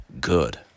good